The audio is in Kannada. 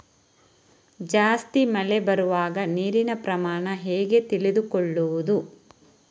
ಜಾಸ್ತಿ ಮಳೆ ಬರುವಾಗ ನೀರಿನ ಪ್ರಮಾಣ ಹೇಗೆ ತಿಳಿದುಕೊಳ್ಳುವುದು?